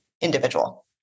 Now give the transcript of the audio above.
individual